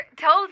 told